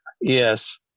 Yes